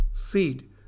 seed